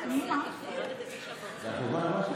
זה על חשבון הזמן שלך.